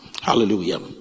hallelujah